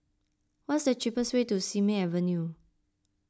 what's the cheapest way to Simei Avenue